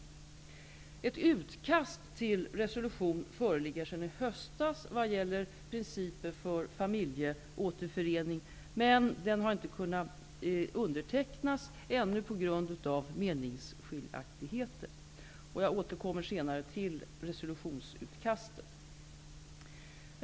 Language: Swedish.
Ett utkast till resolution föreligger sedan i höstas vad gäller principer för familjeåterförening, men någon resolution har inte kunnat undertecknas ännu på grund av meningsskiljaktigheter. Jag återkommer senare till resolutionsutkastet.